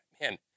man